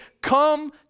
Come